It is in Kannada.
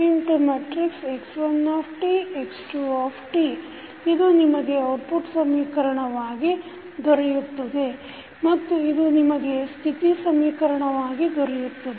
ಇದು ನಿಮಗೆ ಔಟ್ಪುಟ್ ಸಮೀಕರಣವಾಗಿ ದೊರೆಯುತ್ತದೆ ಮತ್ತು ಇದು ನಿಮಗೆ ಸ್ಥಿತಿ ಸಮೀಕರಣವಾಗಿ ದೊರೆಯುತ್ತದೆ